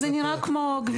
זה נראה כמו גבינה.